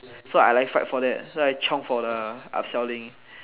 so I like fight for that so I chiong for the upselling